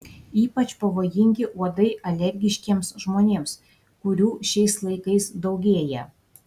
ypač pavojingi uodai alergiškiems žmonėms kurių šiais laikais daugėja